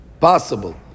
possible